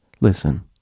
listen